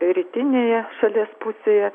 rytinėje šalies pusėje